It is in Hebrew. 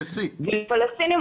בשטחי C. כן.